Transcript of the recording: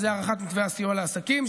וזה הארכת מתווה הסיוע לעסקים,